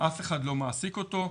אף אחד לא מעסיק אותו,